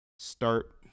Start